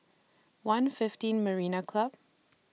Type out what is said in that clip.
one fifteen Marina Club